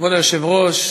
כבוד היושב-ראש,